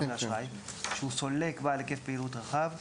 ואשראי שהוא סולק בעל היקף פעילות רחב,